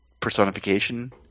personification